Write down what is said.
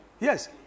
Yes